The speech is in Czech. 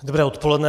Dobré odpoledne.